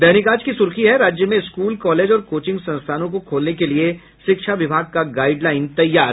दैनिक आज की सुर्खी है राज्य में स्कूल कॉलेज और कोचिंग संस्थानों को खोलने के लिए शिक्षा विभाग का गाइडलाईन तैयार